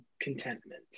contentment